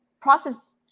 process